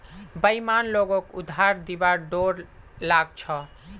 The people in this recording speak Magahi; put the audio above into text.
बेईमान लोगक उधार दिबार डोर लाग छ